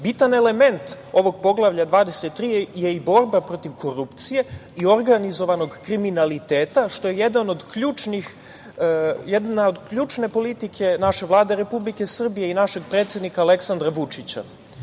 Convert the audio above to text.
element ovog Poglavlja 23 je i borba protiv korupcije i organizovanog kriminaliteta, što je jedna od ključne politike naše Vlade Republike Srbije i našeg predsednika Aleksandra Vučića. Što